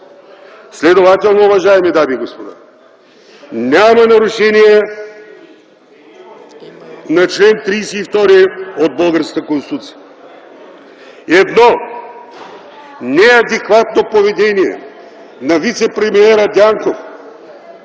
Следователно, уважаеми дами и господа, няма нарушения на чл. 32 от българската Конституция. Едно неадекватно поведение на вицепремиера Дянков